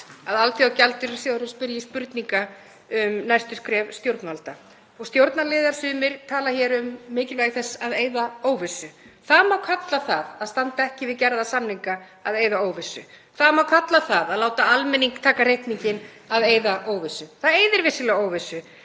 að Alþjóðagjaldeyrissjóðurinn spyrji spurninga um næstu skref stjórnvalda. Sumir stjórnarliðar tala hér um mikilvægi þess að eyða óvissu. Það má kalla það að standa ekki við gerða samninga að eyða óvissu. Það má kalla það að láta almenning taka reikninginn að eyða óvissu. Það eyðir vissulega óvissu.